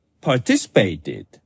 participated